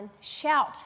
Shout